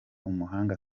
umuhanga